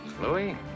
Louis